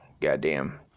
goddamn